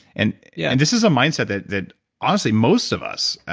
and yeah and this is a mindset that that honestly most of us,